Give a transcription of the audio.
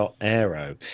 Aero